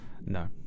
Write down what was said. No